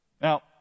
Now